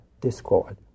discord